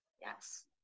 Yes